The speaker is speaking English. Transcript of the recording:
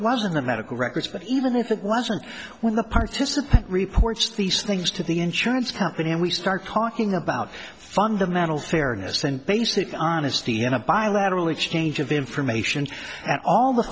wasn't a medical records but even if it wasn't what the participant reports these things to the insurance company and we start talking about fundamental fairness and basic honesty in a bilateral exchange of information at all the